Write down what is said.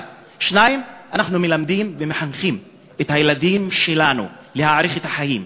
1. 2. אנחנו מלמדים ומחנכים את הילדים שלנו להעריך את החיים,